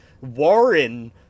Warren